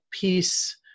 peace